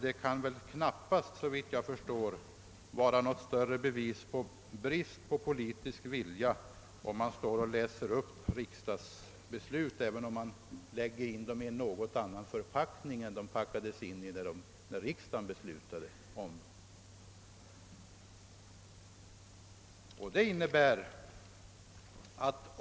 Det kan alltså knappast vara något större bevis på bristande politisk vilja att man läser upp riksdagsbeslut, även om man lägger in dem i en något annan förpackning än vad som skedde när riksdagen fattade dem. Det är i stället fråga om att tala om hur saker och ting förhåller sig.